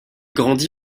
grandit